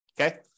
Okay